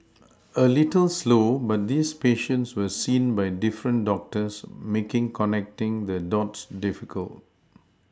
a little slow but these patients were seen by different doctors making connecting the dots difficult